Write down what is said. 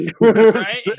Right